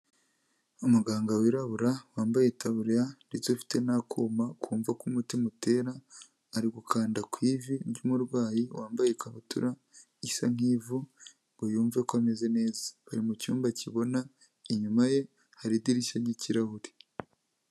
Umuganga wirabura wambaye itaburiya ndetse afite n'akuma kumva ko umutima utera, ari gukanda ku ivi ry'umurwayi wambaye ikabutura isa nk'ivu ngo yumve ko ameze neza, ari mu cyumba kibona, inyuma ye hari idirishya ry'ikirahure.